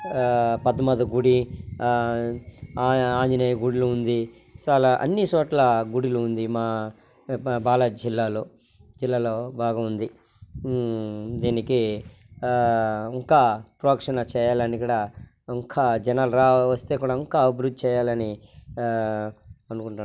పద్మావతి గుడి ఆ ఆంజనేయ గుడులు ఉంది సాలా అన్నిచోట్ల గుడిలు ఉంది మా బా బాలాజీ జిల్లాలో జిల్లాలో బాగా ఉంది దీనికి ఇంకా ప్రోక్షణ చేయాలని కూడా ఇంకా జనాలు రా వస్తే కూడా ఇంకా అభివృద్ధి చేయాలని అనుకుంటున్నా